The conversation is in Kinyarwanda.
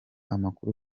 amakuru